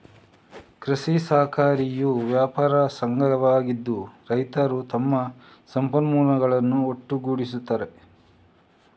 ಕೃಷಿ ಸಹಕಾರಿಯು ವ್ಯಾಪಾರ ಸಂಘವಾಗಿದ್ದು, ರೈತರು ತಮ್ಮ ಸಂಪನ್ಮೂಲಗಳನ್ನು ಒಟ್ಟುಗೂಡಿಸುತ್ತಾರೆ